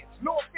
no